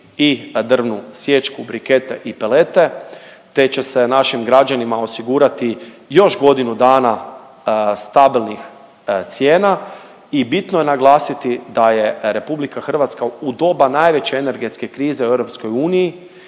i drvnu sječku, brikete i pelete, te će se našim građanima osigurati još godinu dana stabilnih cijena i bitno je naglasiti da je RH u doba najveće energetske krize u EU